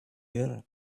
air